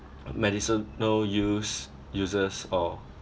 medicine no use users or